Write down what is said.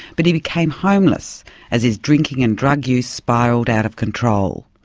but he became homeless as his drinking and drug use spiralled out of control.